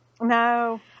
No